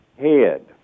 head